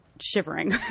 shivering